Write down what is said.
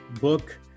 Book